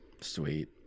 Sweet